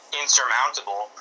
insurmountable